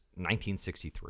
1963